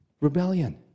rebellion